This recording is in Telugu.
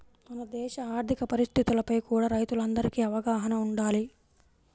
మన దేశ ఆర్ధిక పరిస్థితులపై కూడా రైతులందరికీ అవగాహన వుండాలి